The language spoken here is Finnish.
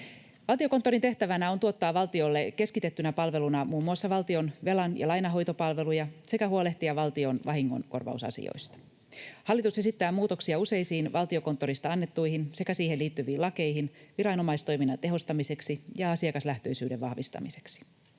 Valtiokonttorin tehtävänä on tuottaa valtiolle keskitettynä palveluna muun muassa valtion velan- ja lainanhoitopalveluja sekä huolehtia valtion vahingonkorvausasioista. Hallitus esittää muutoksia useisiin Valtiokonttorista annettuihin sekä siihen liittyviin lakeihin viranomaistoiminnan tehostamiseksi ja asiakaslähtöisyyden vahvistamiseksi.